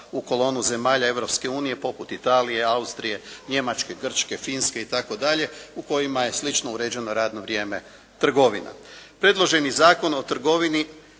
u kolonu zemalja Europske unije poput Italije, Austrije, Njemačke, Grčke, Finske itd. u kojima je slično uređeno radno vrijeme trgovina. Predloženi Zakon o trgovini